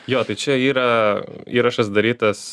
jo tai čia yra įrašas darytas